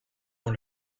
dans